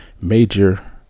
major